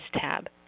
tab